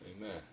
amen